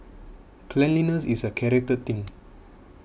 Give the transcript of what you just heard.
cleanliness is a character thing